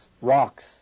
rocks